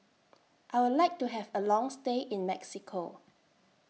I Would like to Have A Long stay in Mexico